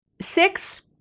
Six